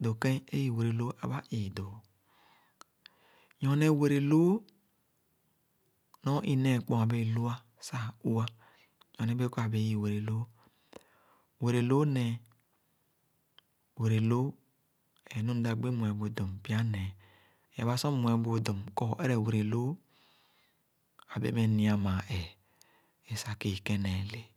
doo. Kēn iwereloo āba-ii do Nyorn wereloo nɔr i-neekpoa bee lu, sah ā u a. Nyorne bēē kɔr ā bēē i-wereloo. Wereloo nee. Wereloo, ēē nu mda gbi mue bu dum pya nēē. Ābā sor mmue bu ō dum kɔr ō ere wereloo, ābēē meh nia māā ēē é sah kii kèn nēē lè.